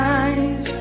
eyes